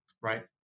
right